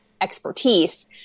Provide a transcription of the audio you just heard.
expertise